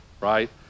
right